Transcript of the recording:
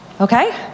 okay